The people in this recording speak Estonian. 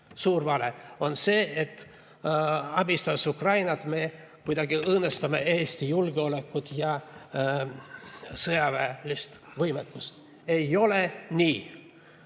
suur vale on see, et abistades Ukrainat me kuidagi õõnestame Eesti julgeolekut ja sõjaväelist võimekust. Ei ole nii!